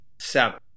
seven